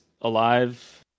Alive